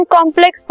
Complex